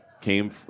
came